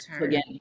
again